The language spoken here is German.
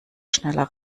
schneller